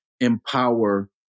empower